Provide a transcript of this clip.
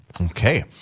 Okay